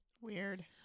Weird